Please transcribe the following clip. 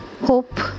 Hope